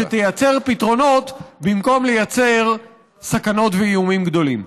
שתייצר פתרונות במקום לייצר סכנות ואיומים גדולים.